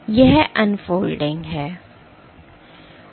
तो यह अनफोल्डिंग है